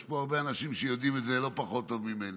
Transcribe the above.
יש פה הרבה אנשים שיודעים את זה לא פחות טוב ממני.